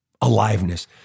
aliveness